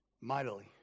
mightily